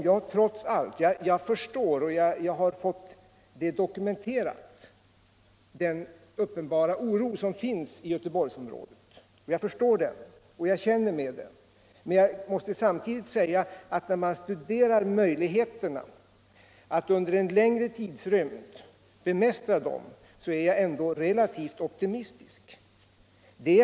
Jag har fått dokumenterad den uppenbara oro som finns i Göteborgsområdet. Jag förstår den och känner med dem som är oroade, men jag måste samtidigt säga att när jag studerar möjligheterna att under en längre tidrymd bemästra svårigheterna är jag relativt optimistisk.